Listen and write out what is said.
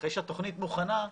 אחרי שהתוכנית מוכנה,